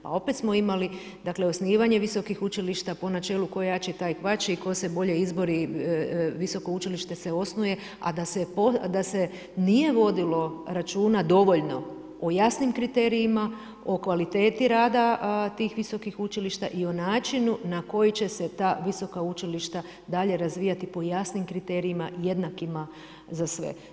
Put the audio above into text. Pa opet smo imali osnivanje visokih učilišta, po načelu tko je jači taj kvači, tko se bolje izbori, visoko učilište se osnuje, a da se nije vodilo računa dovoljno o jasnijim kriterijima, o kvaliteti rada tih visokih učilišta i o načinu na koji će se ta visoka učilišta dalje razvijati po jasnim kriterijima, jednakima za sve.